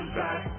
back